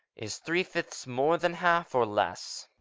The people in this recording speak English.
is three fifths more than half or less?